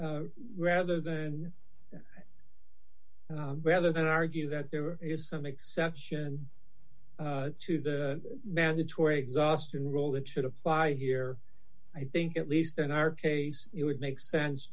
rather than rather than argue that there is some exception to the mandatory exhausting role that should apply here i think at least in our case it would make sense